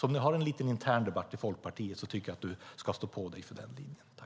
Om ni har en intern debatt i Folkpartiet tycker jag att ministern ska stå på sig i denna fråga.